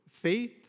faith